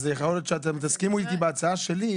אז יכול להיות שתסכימו להצעה שלי,